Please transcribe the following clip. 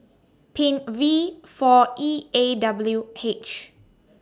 Pin V four E A W H